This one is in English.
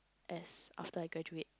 as after I graduate